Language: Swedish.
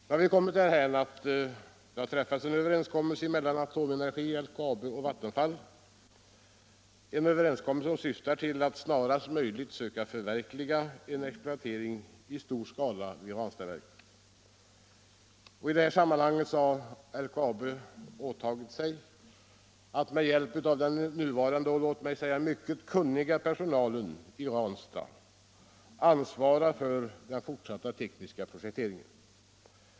Nu har man kommit därhän att Atomenergi, LKAB och Vattenfall träffat en överenskommelse som syftar till att snarast möjligt förverkliga en exploatering i stor skala vid Ranstadsverket. I det sammanhanget har LKAB åtagit sig att med hjälp av den nuvarande, mycket kunniga personalen i Ranstad ansvara för den fortsatta tekniska projekteringen.